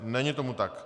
Není tomu tak.